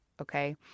Okay